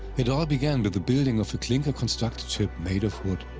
it all began with the building of a clinker constructed ship made of wood,